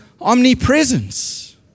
omnipresence